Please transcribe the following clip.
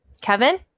Kevin